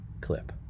clip